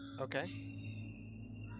Okay